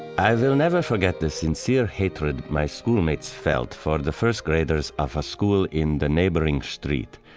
i will never forget the sincere hatred my schoolmates felt for the first graders of a school in the neighboring street.